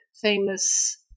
famous